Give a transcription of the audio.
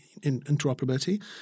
interoperability